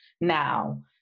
now